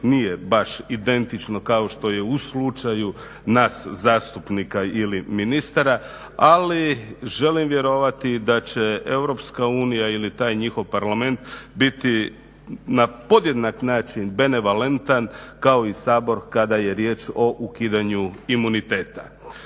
nije baš identično kao što je u slučaju nas zastupnika ili ministara, ali želim vjerovati da će Europska unija ili taj njihov parlament biti na podjednak način benevolentan kao i Sabor kada je riječ o ukidanju imuniteta.